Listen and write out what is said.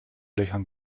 löchern